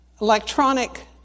electronic